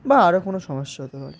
বা আরও কোনো সমস্যা হতে পারে